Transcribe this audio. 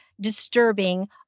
disturbing